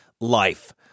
life